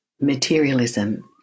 materialism